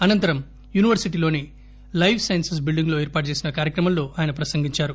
అనంతరం యూనివర్సిటీ లోని life sciences building లో ఏర్పాటు చేసిన కార్యక్రమంలో ఆయన ప్రసంగించారు